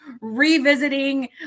revisiting